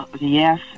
Yes